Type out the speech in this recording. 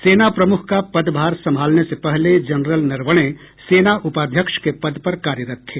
सेना प्रमुख का पदभार संभालने से पहले जनरल नरवणे सेना उपाध्यक्ष के पद पर कार्यरत थे